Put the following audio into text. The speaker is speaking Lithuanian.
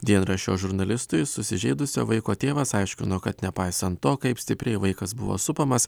dienraščio žurnalistui susižeidusio vaiko tėvas aiškino kad nepaisant to kaip stipriai vaikas buvo supamas